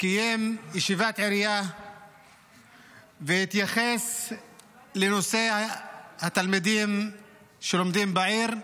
קיים ישיבת עירייה והתייחס לנושא התלמידים שלומדים בעיר.